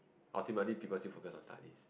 ultimately people still focus on studies